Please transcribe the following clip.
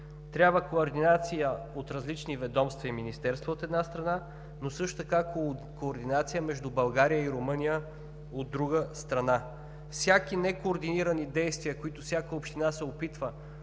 Трябва координация от различни ведомства и министерства, от една страна, но също така координация между България и Румъния, от друга страна. Всякакви некоординирани действия, които всяка община се опитва